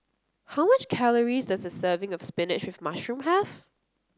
how many calories does a serving of spinach with mushroom have